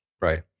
Right